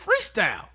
freestyle